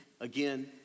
again